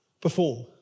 perform